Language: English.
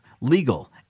legal